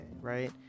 right